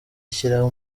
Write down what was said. ishyiraho